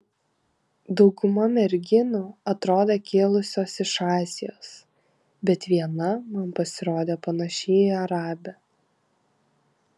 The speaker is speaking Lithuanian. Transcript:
dauguma merginų atrodė kilusios iš azijos bet viena man pasirodė panaši į arabę